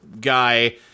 guy